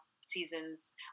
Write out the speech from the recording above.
seasons